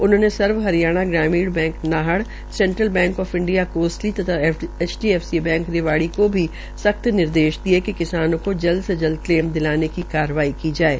उन्होंने Sarva Haryana Gramin bank Nahar central bank of India Kosli तथा HDFC bank Rewari को भी सख्त निर्देश दिये है कि किसानों केा जल्द से जल्द क्लेम दिलाने की कार्रवाई की जाये